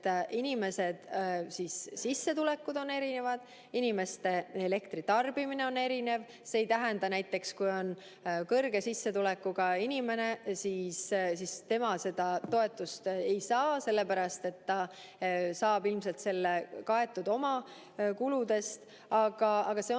inimeste sissetulekud on erinevad, inimeste elektritarbimine on erinev. Näiteks kui on kõrge sissetulekuga inimene, siis tema seda toetust ei saa, sellepärast et ta saab ilmselt selle kaetud oma tuludest. See on